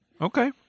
Okay